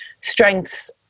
strengths